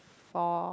four